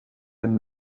and